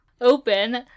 open